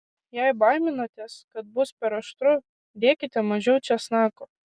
jei baiminatės kad bus per aštru dėkite mažiau česnako